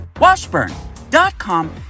Washburn.com